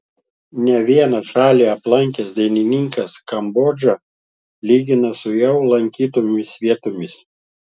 ne vieną šalį aplankęs dainininkas kambodžą lygina su jau lankytomis vietomis